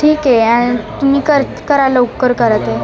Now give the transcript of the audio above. ठीक आहे आणि तुम्ही कर करा लवकर करा ते